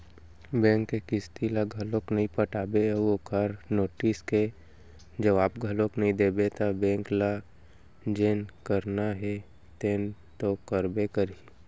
bank के किस्ती ल घलोक नइ पटाबे अउ ओखर नोटिस के जवाब घलोक नइ देबे त बेंक ल जेन करना हे तेन तो करबे करही